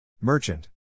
Merchant